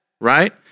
right